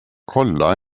kolla